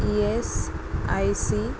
E S I C